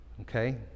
okay